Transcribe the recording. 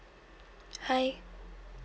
hi